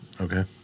Okay